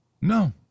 No